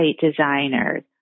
designers